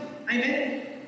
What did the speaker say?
Amen